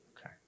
Okay